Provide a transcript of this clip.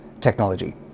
technology